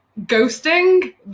ghosting